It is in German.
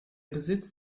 besitz